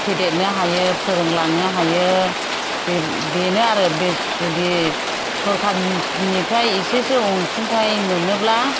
फेदेरनो हायो फोरोंलांनो हायो बेनो आरो बे जुदि सरकारनिफ्राय इसेसो अनसुंथाय मोनोब्ला